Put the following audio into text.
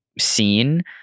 scene